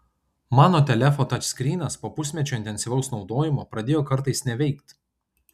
mano telefo tačskrynas po pusmečio intensyvaus naudojimo pradėjo kartais neveikt